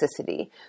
toxicity